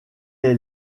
est